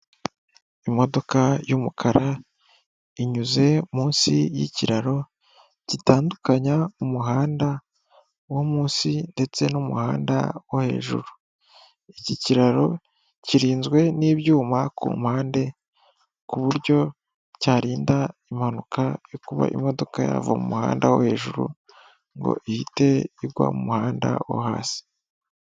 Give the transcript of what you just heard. Imodoka y'umukara inyuze munsi y'ikiraro gitandukanya umuhanda wo munsi ndetse n'umuhanda wo hejuru, iki kiraro kirinzwe n'ibyuma ku mpande ku buryo cyarinda impanuka yo kuba imodoka yava mu muhanda wo hejuru ngo ihite igwa mu muhanda wo hasi.